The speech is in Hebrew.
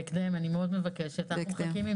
אני מבקשת מאוד שזה יהיה בהקדם.